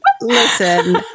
listen